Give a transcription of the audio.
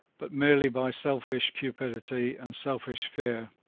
but merely by selfish cupidity and selfish fear,